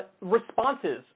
responses